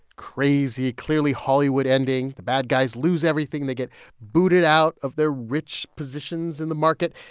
crazy, clearly hollywood ending, the bad guys lose everything. they get booted out of their rich positions in the market.